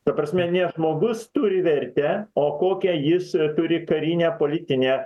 ta prasme ne žmogus turi vertę o kokią jis turi karinę politinę